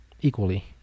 equally